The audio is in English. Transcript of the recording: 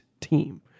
team